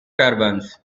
turbans